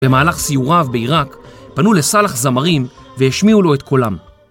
במהלך סיוריו בעיראק, פנו לסאלח זמרים והשמיעו לו את קולם.